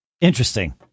Interesting